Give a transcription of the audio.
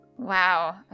Wow